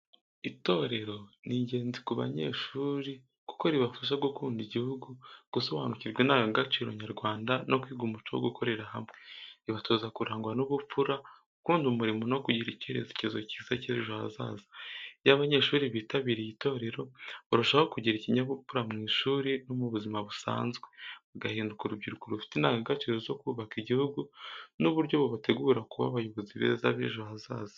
Itorero ni ingenzi ku banyeshuri kuko ribafasha gukunda igihugu, gusobanukirwa indangagaciro nyarwanda no kwiga umuco wo gukorera hamwe. Ribatoza kurangwa n’ubupfura, gukunda umurimo no kugira icyerekezo cyiza cy’ejo hazaza. Iyo abanyeshuri bitabiriye itorero, barushaho kugira ikinyabupfura mu ishuri no mu buzima busanzwe, bagahinduka urubyiruko rufite indangagaciro zo kubaka igihugu. Ni uburyo bubategura kuba abayobozi beza b’ejo hazaza.